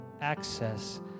access